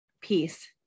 peace